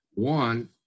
One